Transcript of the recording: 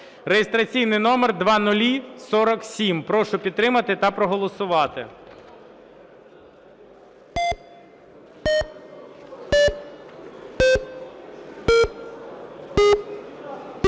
(реєстраційний номер 0047). Прошу підтримати та проголосувати.